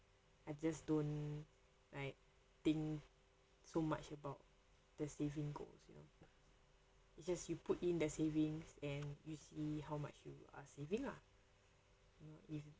I just don't like think so much about the saving goals you know just you put in the savings and you see how much you are saving ah you know if